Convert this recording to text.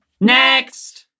NEXT